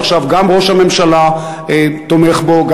שעכשיו גם ראש הממשלה תומך בו,